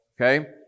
Okay